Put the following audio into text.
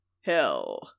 hell